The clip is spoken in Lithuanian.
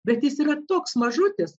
bet jis yra toks mažutis